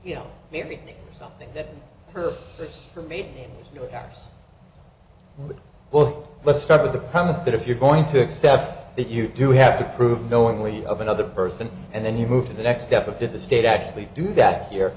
know maybe something that her for may years well let's start with the premise that if you're going to accept that you do have to prove knowingly of another person and then you move to the next step of did the state actually do that here